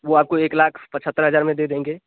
वह आपको एक लाख पचहत्तर हज़ार में दे देंगे